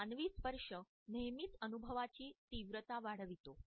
मानवी स्पर्श नेहमीच अनुभवाची तीव्रता वाढवितो